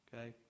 Okay